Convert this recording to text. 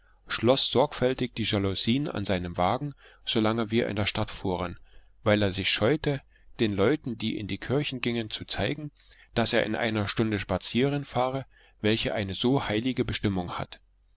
schloß sorgfältig die jalousien an seinem wagen solange wir in der stadt fuhren weil er sich scheute den leuten die in die kirchen gingen zu zeigen daß er in einer stunde spazieren fahre welche eine so heilige bestimmung hat